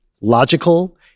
logical